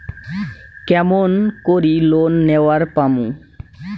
কেমন করি লোন নেওয়ার পামু?